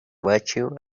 virtue